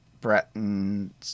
Breton